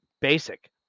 basic